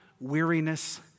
weariness